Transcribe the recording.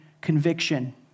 conviction